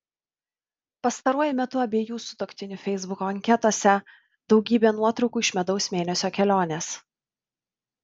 pastaruoju metu abiejų sutuoktinių feisbuko anketose daugybė nuotraukų iš medaus mėnesio kelionės